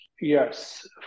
yes